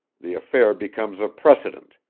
the affair becomes a precedent.